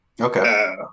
Okay